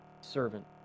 servant